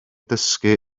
dysgu